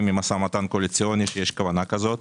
מהמשא-ומתן הקואליציוני שיש כוונה כזאת.